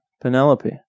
penelope